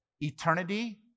Eternity